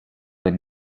were